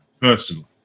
Personally